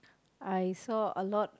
I saw a lot